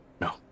no